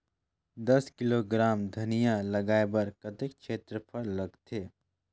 दस किलोग्राम धनिया लगाय बर कतेक क्षेत्रफल लगथे?